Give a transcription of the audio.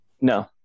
No